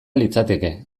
litzateke